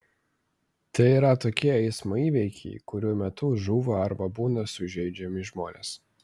tai yra tokie eismo įvykiai kurių metu žūva arba būna sužeidžiami žmonės